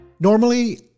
Normally